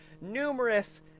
numerous